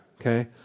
okay